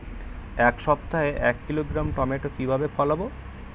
এক সপ্তাহে এক কিলোগ্রাম টমেটো কিভাবে ফলাবো?